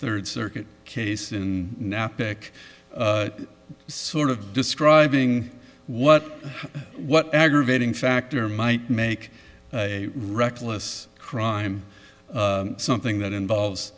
third circuit case in napa back sort of describing what what aggravating factor might make a reckless crime something that involves